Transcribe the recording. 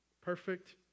Perfect